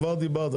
כבר דיברת,